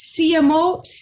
CMO